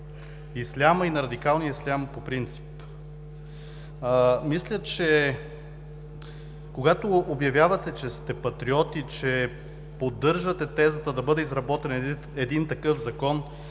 исляма и на радикалния ислям по принцип. Мисля, че когато обявявате, че сте патриот и че поддържате тезата да бъде изработен един такъв закон,